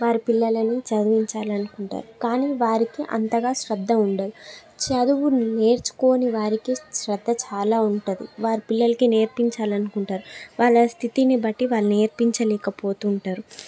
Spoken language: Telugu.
వారి పిల్లలని చదివించాలి అనుకుంటారు కానీ వారికి అంతగా శ్రద్ధ ఉండదు చదువు నేర్చుకొని వారికి శ్రద్ధ చాలా ఉంటుంది వారి పిల్లలకి నేర్పించాలనుకుంటారు వాళ్ళ స్థితిని బట్టి వాళ్ళు నేర్పించలేకపోతారు